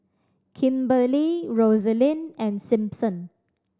Kimberlee Rosalyn and Simpson